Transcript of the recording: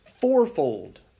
fourfold